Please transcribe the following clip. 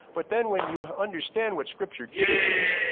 but then when you understand what scripture teaches,